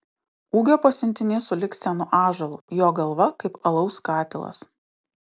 ūgio pasiuntinys sulig senu ąžuolu jo galva kaip alaus katilas